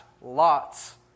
lots